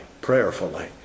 prayerfully